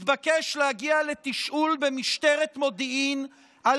התבקש להגיע לתשאול במשטרת מודיעין על